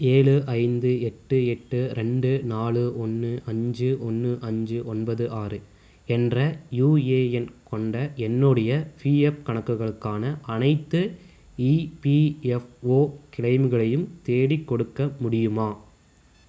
ஏழு ஐந்து எட்டு எட்டு ரெண்டு நாலு ஒன்று அஞ்சு ஒன்று அஞ்சு ஒன்பது ஆறு என்ற யுஏஎன் கொண்ட என்னுடைய பிஎஃப் கணக்குகளுக்கான அனைத்து இபிஎஃப்ஓ கிளெய்ம்களையும் தேடிக்கொடுக்க முடியுமா